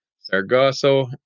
sargasso